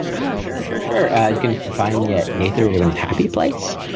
oh, sure, sure, sure. you can find yet neither. even the happy place,